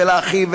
ולאחים,